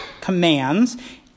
commands